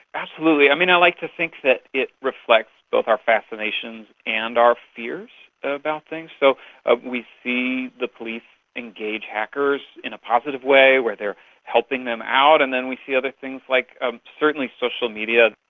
absolutely. i you know like to think that it reflects both our fascination and our fears about things. so ah we see the police engage hackers in a positive way where they are helping them out, and then we see other things like ah certainly social media.